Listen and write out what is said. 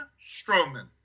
Strowman